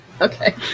Okay